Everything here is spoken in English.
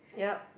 yup